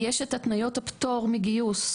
יש את התניות הפטור מגיוס,